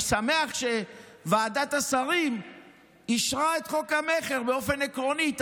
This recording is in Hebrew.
אני שמח שוועדת השרים אישרה באופן עקרוני את חוק המכר.